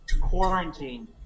Quarantine